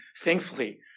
thankfully